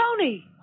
Tony